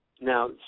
now